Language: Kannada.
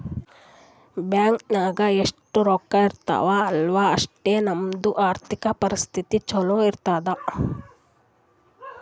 ಬ್ಯಾಂಕ್ ನಾಗ್ ಎಷ್ಟ ರೊಕ್ಕಾ ಇರ್ತಾವ ಅಲ್ಲಾ ಅಷ್ಟು ನಮ್ದು ಆರ್ಥಿಕ್ ಪರಿಸ್ಥಿತಿ ಛಲೋ ಇರ್ತುದ್